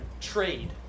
trade